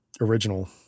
original